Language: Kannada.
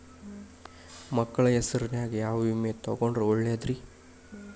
ಮಕ್ಕಳ ಹೆಸರಿನ್ಯಾಗ ಯಾವ ವಿಮೆ ತೊಗೊಂಡ್ರ ಒಳ್ಳೆದ್ರಿ?